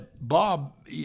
Bob